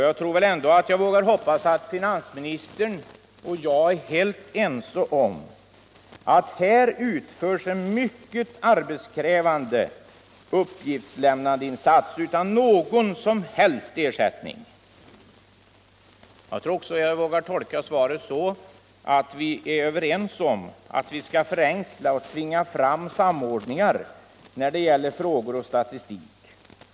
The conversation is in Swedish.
Jag tror ändå att jag vågar hoppas att finansministern och jag är helt ense om att här utförs en mycket arbetskrävande uppgiftslämnandeinsats utan någon som helst ersättning. Jag vågar kanske också tolka svaret så, att vi är överens om att vi skall förenkla och tvinga fram samordningar när det gäller frågor och statistik.